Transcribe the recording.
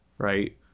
Right